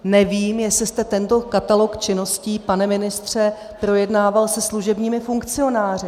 Nevím, jestli jste tento katalog činností, pane ministře, projednával se služebními funkcionáři.